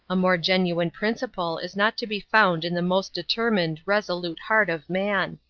a more genuine principle is not to be found in the most determined, resolute heart of man.